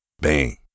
Bang